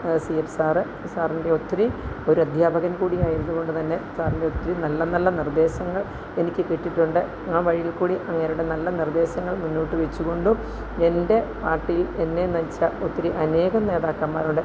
CF sir സാറിൻ്റെ ഒത്തിരി ഒരു അദ്ധ്യാപകൻ കൂടി ആയത് കൊണ്ട് തന്നെ സാറിൻ്റെ ഒത്തിരി നല്ല നല്ല നിർദ്ദേശങ്ങൾ എനിക്ക് കിട്ടിയിട്ടുണ്ട് ആ വഴിയിൽ കൂടി അങ്ങേരുടെ നല്ല നിർദ്ദേശങ്ങൾ മുന്നോട്ട് വച്ച് കൊണ്ടും എൻ്റെ പാർട്ടിയിൽ എന്നെ നയിച്ച ഒത്തിരി അനേകം നേതാക്കൻമാരുടെ